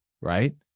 right